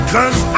Cause